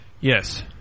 Yes